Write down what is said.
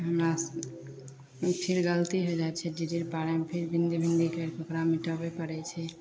हमरासे फेर गलती हो जाइ छै डिडिर पाड़ैमे फेर बिन्दी बिन्दी करिके ओकरा मिटाबे पड़ै छै